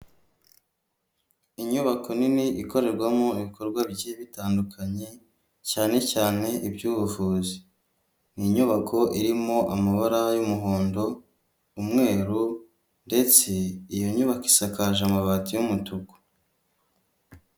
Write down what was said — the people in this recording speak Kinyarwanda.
Inyubako nini ikorerwamo ibikorwa bigiye bitandukanye cyane cyane iby'ubuvuzi, ni inyubako irimo amabara y'umuhondo, umweru, ndetse iyo nyubako isakaje amabati y'umutuku.